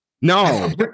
No